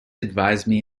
advise